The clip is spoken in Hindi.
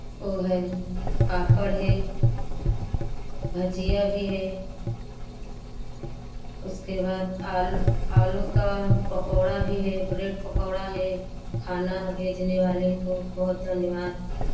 वह है पापड़ है भजिया भी है उसके बाद आलू आलू का पकौड़ा भी है ब्रेड पकौड़ा है खाना भेजने वाले को बहुत धन्यवाद